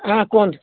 ହଁ କୁହନ୍ତୁ